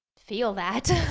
feel that?